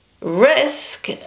risk